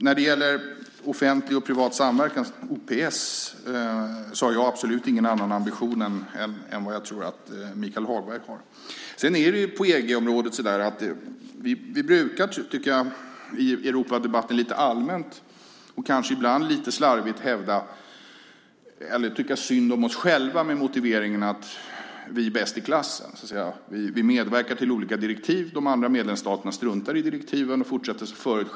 När det gäller offentlig och privat samverkan, OPS, har jag absolut ingen annan ambition än vad jag tror att Michael Hagberg har. På EG-området brukar vi i Europadebatten lite allmänt och kanske ibland lite slarvigt tycka synd om oss själva med motiveringen att vi är bäst i klassen. Vi medverkar till olika direktiv. De andra medlemsstaterna struntar i direktiven och fortsätter som förut.